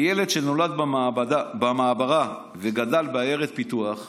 כילד שנולד במעברה וגדל בעיירת פיתוח,